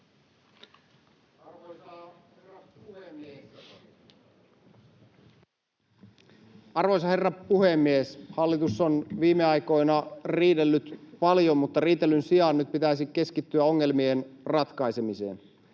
Arvoisa herra puhemies! Hallitus on viime aikoina riidellyt paljon, mutta riitelyn sijaan nyt pitäisi keskittyä ongelmien ratkaisemiseen.